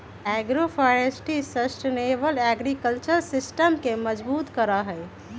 agroforestry sustainable agriculture system के मजबूत करा हई